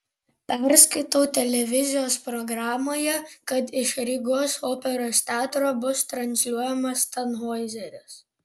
perskaitau televizijos programoje kad iš rygos operos teatro bus transliuojamas tanhoizeris